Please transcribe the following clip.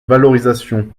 valorisation